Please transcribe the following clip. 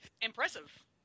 impressive